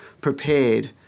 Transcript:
prepared